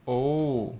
oh